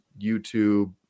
YouTube